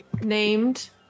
named